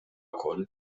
wkoll